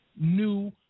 new